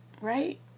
Right